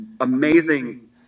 amazing